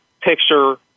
picture